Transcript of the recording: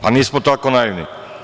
Pa, nismo tako naivni.